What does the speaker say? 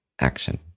action